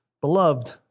beloved